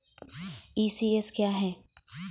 ECS क्या है?